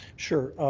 sure.